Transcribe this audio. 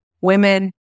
Women